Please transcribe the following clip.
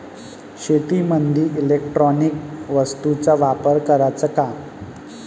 शेतीमंदी इलेक्ट्रॉनिक वस्तूचा वापर कराचा का?